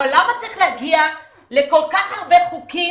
אבל למה צריך להגיע לכל כך הרבה חוקים,